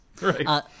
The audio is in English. Right